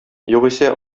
югыйсә